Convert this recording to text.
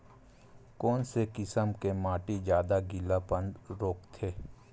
कोन से किसम के माटी ज्यादा गीलापन रोकथे?